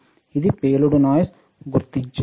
ఇది burst noise గురించినది